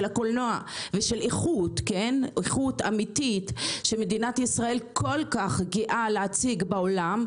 של הקולנוע ושל איכות אמיתית שמדינת ישראל כל כך גאה להציג בעולם,